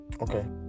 Okay